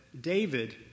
David